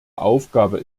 aufgabe